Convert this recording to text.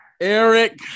Eric